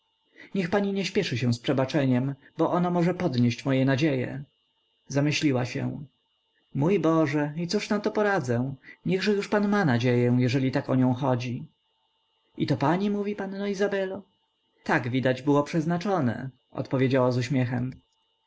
niech pani nie śpieszy się z przebaczeniem bo ono może podnieść moje nadzieje zamyśliła się mój boże i cóż na to poradzę niechże już pan ma nadzieję jeżeli tak o nią chodzi i to pani mówi panno izabelo tak widać było przeznaczone odpowiedziała z uśmiechem